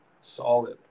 Solid